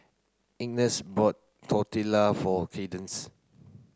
Ines bought Tortilla for Kadence